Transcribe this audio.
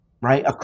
right